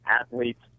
athletes